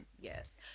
Yes